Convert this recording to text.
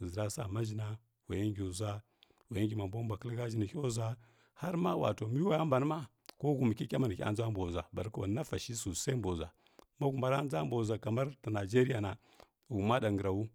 həʒara sa ma ʒhi pa wa yə ngi ʒwa wa yə mo bo mbwa həllə la ʒhi nə hiu ʒwa har ma wato mi waya mbanə ma ko hvn kikiya ma wa ya ngi nə hya ndʒa mbw ʒwa barka wa nafa shi sosai mbə ʒwo ma huma ra ndʒa mbw ʒwa kama tə nigəria na huma ɗa nghərowo.